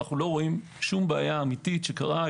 אנו לא רואים בעיה אמיתית שקרתה.